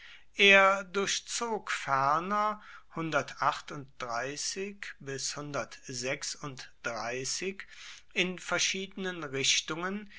er durchzog ferner in verschiedenen richtungen